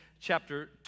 chapter